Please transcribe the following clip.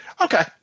Okay